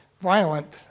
violent